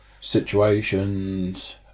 situations